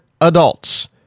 adults